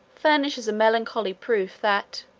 furnishes a melancholy proof that,